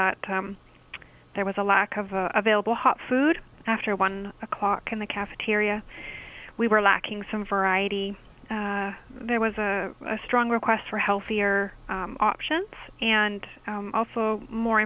that there was a lack of available hot food after one o'clock in the cafeteria we were lacking some variety there was a strong request for healthier options and also more